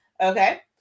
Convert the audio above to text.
okay